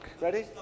Ready